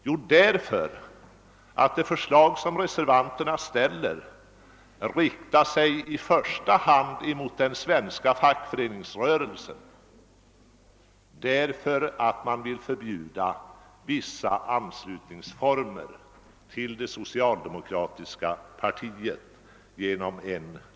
Jo, därför att det förslag som reservanterna framlägger i första hand riktar sig mot den svenska fackföreningsrörelsen. Man vill nämligen genom en lagstiftning förbjuda vissa anslutningsformer till det socialdemokratiska partiet.